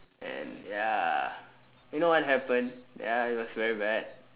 and ya you know what happen ya it was very bad